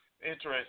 interesting